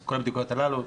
כל הבדיקות הללו.